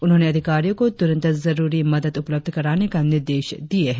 उन्होंने अधिकारियों को तुरंत जरुरी मदद उपलब्ध कराने का निर्देश दिये है